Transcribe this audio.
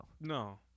No